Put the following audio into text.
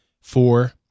Four